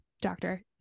doctor